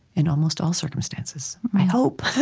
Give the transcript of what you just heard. in almost all circumstances. i hope,